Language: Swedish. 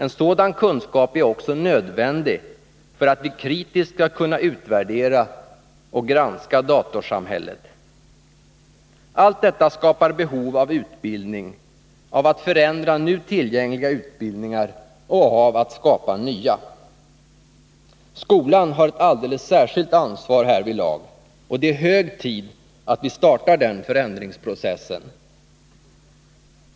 En sådan kunskap är också nödvändig för att vi kritiskt skall kunna utvärdera och granska datorsamhället. Allt detta skapar behov av utbildning, av att förändra nu tillgängliga utbildningar och av att skapa nya. Skolan har ett alldeles särskilt ansvar härvidlag, och det är hög tid att vi startar den förändringsprocessen.